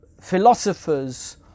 philosophers